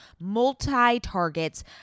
multi-targets